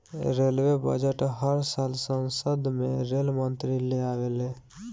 railway budget हर साल संसद में रेल मंत्री ले आवेले ले